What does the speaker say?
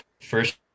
first